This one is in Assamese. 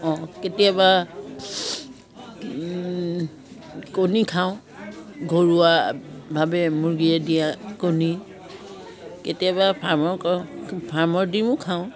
অঁ কেতিয়াবা কণী খাওঁ ঘৰুৱাভাৱে মুৰ্গীয়ে দিয়া কণী কেতিয়াবা ফাৰ্মৰ ফাৰ্মৰ ডিমো খাওঁ